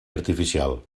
artificial